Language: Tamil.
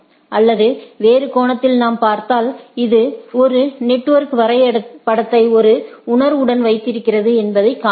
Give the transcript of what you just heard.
அல்லது வேறு கோணத்தில் நாம் பார்த்தாள் இது ஒரு நெட்வொர்க் வரைபடத்தை ஒரு உணர்வு உடன் வைத்திருக்கிறது என்பதைக் காணலாம்